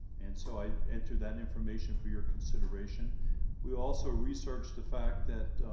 and so i enter that information for your consideration we also researched the fact that